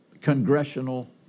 congressional